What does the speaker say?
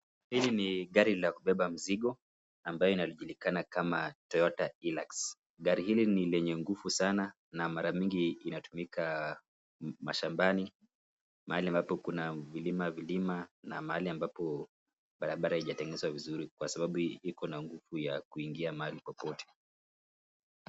Hili ni gari la kubeba mzigo ambayo inajulikana kama Toyota Hilux. Gari hili ni lenye nguvu sana na mara mingi inatumika mashambani, mahali ambapo kuna vilima vilima na mahali ambapo barabara haijatengenezwa vizuri kwa sababu iko na nguvu ya kuingia mahali poopote.